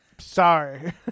sorry